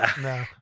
no